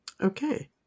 Okay